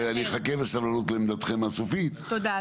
ואני אחכה בסבלנות לעמדתכם הסופית --- תודה,